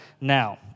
now